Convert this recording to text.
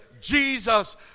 Jesus